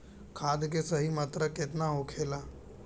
खाद्य के सही मात्रा केतना होखेला?